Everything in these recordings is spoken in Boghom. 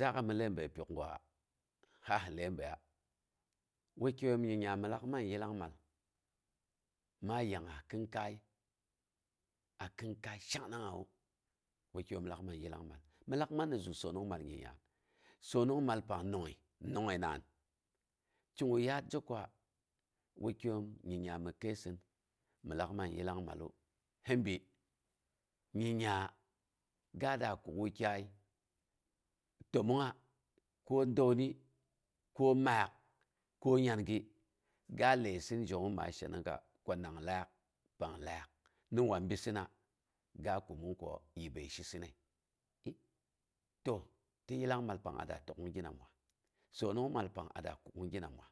Zaak'əi mi ləibəi pyok gwa ha hi ləibəya, wukyom nyingnya min laak man yillangmal, maa yangngas kɨn kai a kɨn kai shongnangngawu, wukyoom lak man yillangmal. Mɨn lak ma nyim gye soonongmal nyingngya. Soonongmal pang nongngəi, nongngəi naam. Kigu zhe kwu wukyaiyoom nyingnya mi kaisɨn mɨn laak man yillang mallu, hi bi nyingnya ga da kuk wukyai təmongnga ko dəuni, ko maal ko nyangi, ga ləisɨn zhongngu maa shenong ga ko nang laai pang laak, ni wan bissɨna? Ga kumung ko yibəi shisɨnməi. To ti yiblangmal pang a de kuk'ung gi namawa? Sonongmal pang a da kuk'ung gi namawa?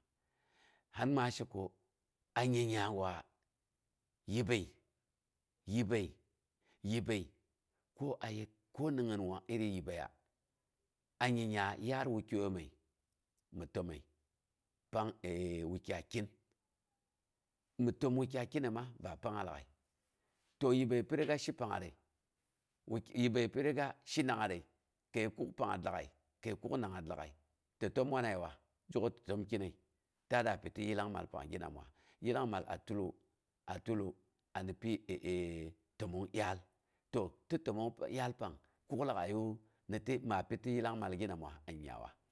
Hal ma sheko a nyingnya gwa yibəi, yibəi, yibəi ko ni gin wan iri yibəiya a nyingnya yaat wukyaiyome mi təməi pang wukyai kyin. Mi təm wukyai kyinema ba pangnga lag'ai. To yibəi bi riga shi pangngatre, yibəi pi riga shi nangngatre kəi kuk pangngat ag'ai kəi kuk nangngat lag'ai tɨ təka wanayewa. Zhe ko tɨ təm kyinəi. Ta da pi tɨ yillangmal pang gi namawa? Yillangmal a tulwo a tulwo yillong mal a tulu ani pyi təmong dyaal. To ti tommong dyaal pang kuk lag'aiyu, ma pi ti yillang gi namawa a nyingnyawa.